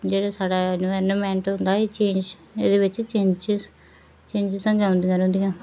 जेह्ड़ा साढ़ा एनवायरनामेंट होंदा एह् बड़ा चेंज़ एह्दे बिच चेंज़सां औंदियां रौहंदियां